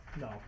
No